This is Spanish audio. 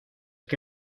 que